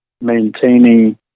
maintaining